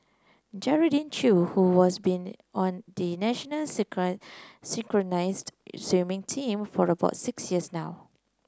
Geraldine Chew who was been on the national synchronised swimming team for about six years now